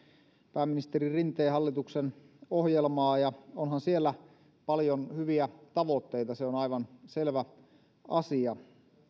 pääministeri rinteen hallituksen ohjelmaa ja onhan siellä paljon hyviä tavoitteita se on aivan selvä asia